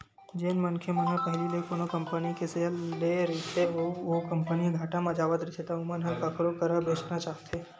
जेन मनखे मन ह पहिली ले कोनो कंपनी के सेयर ल लेए रहिथे अउ ओ कंपनी ह घाटा म जावत रहिथे त ओमन ह कखरो करा बेंचना चाहथे